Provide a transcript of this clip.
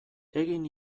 egin